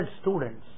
students